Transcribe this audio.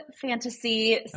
fantasy